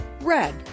red